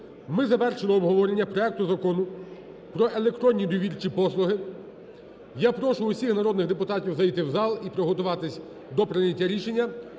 ми завершили обговорення проекту Закону про електронні довірчі послуги. Я прошу усіх народних депутатів зайти в зал і приготуватись до прийняття рішення.